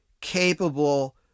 capable